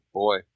boy